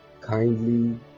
Kindly